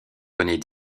connaît